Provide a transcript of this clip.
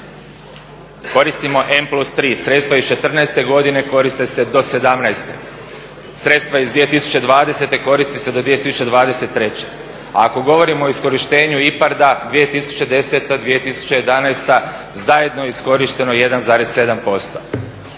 Koristimo M+3 sredstva iz 2014. godine i koriste se do 2017. Sredstva iz 2020. koriste se do 2023. A ako govorimo o iskorištenju IPARD-a 2010.-2011. zajedno je iskorišteno 1,7%.